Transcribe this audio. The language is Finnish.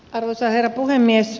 arvoisa herra puhemies